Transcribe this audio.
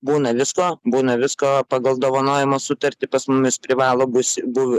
būna visko būna visko pagal dovanojimo sutartį pas mumis privalo bus buv